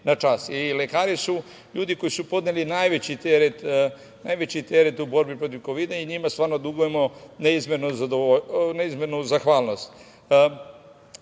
Lekari su ljudi koji su podneli najveći teret u borbi protiv kovida i njima stvarno dugujemo neizmernu zahvalnost. Gde